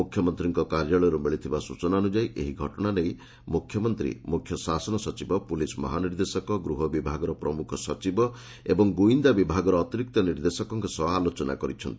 ମୁଖ୍ୟମନ୍ତ୍ରୀଙ୍କ କାର୍ଯ୍ୟାଳୟରୁ ମିଳିଥିବା ସୂଚନା ଅନୁଯାୟୀ ଏହି ଘଟଣା ନେଇ ମୁଖ୍ୟମନ୍ତ୍ରୀ ମୁଖ୍ୟଶାସନ ସଚିବ ପୁଲିସ୍ ମହାନିର୍ଦ୍ଦେଶକ ଗୃହ ବିଭାଗର ପ୍ରମୁଖ ସଚିବ ଏବଂ ଗୁଇନ୍ଦା ବିଭାଗର ଅତିରିକ୍ତ ନିର୍ଦ୍ଦେଶକଙ୍କ ସହ ଆଲୋଚନା କରିଛନ୍ତି